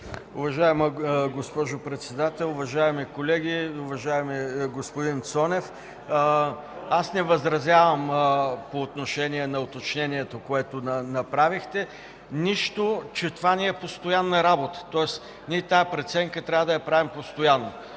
Уважаема госпожо Председател, уважаеми колеги! Уважаеми господин Цонев, не възразявам по отношение на уточнението, което направихте, нищо, че това не е постоянна работа, защото тази преценка трябва да правим постоянно,